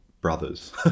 brothers